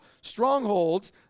strongholds